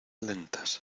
lentas